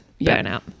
burnout